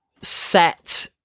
set